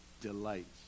delights